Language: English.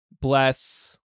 bless